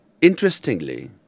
interestingly